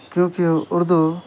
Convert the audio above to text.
کیونکہ اردو